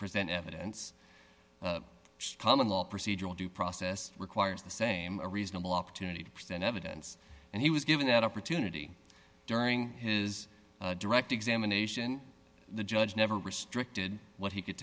present evidence common law procedural due process requires the same reasonable opportunity to present evidence and he was given that opportunity during his direct examination the judge never restricted what he could